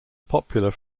popular